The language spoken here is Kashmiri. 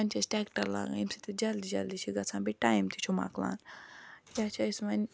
وونۍ چھِ أسۍ ٹٮ۪کٹَر لاگان ییٚمہِ سۭتۍ أسۍ جلدی جلدی چھِ گژھان بیٚیہِ ٹایم تہِ چھُ مۄکلان یا چھِ أسۍ وۄنۍ